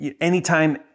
anytime